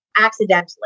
accidentally